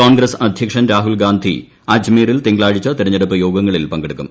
കോൺഗ്രസ് അധ്യക്ഷൻ രാഹുൽഗാന്ധി അജ്മീറിൽ തിങ്കളാഴ്ച തിരഞ്ഞെടുപ്പ് യോഗങ്ങളിൽ പങ്കെടുക്കും